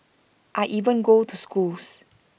I even go to schools